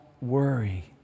worry